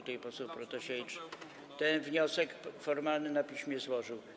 Tutaj poseł Protasiewicz ten wniosek formalny na piśmie złożył.